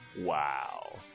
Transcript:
Wow